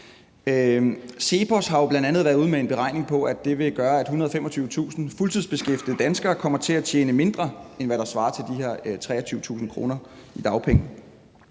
CEPOS har jo bl.a. været ude med en beregning på, at det vil gøre, at 125.000 fuldtidsbeskæftigede danskere kommer til at tjene mindre, end hvad der svarer til de her 23.000 kr. i dagpenge.